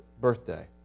birthday